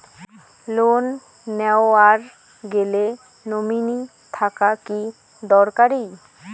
Loan নেওয়ার গেলে nominee থাকা কি দরকারী?